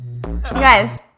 Guys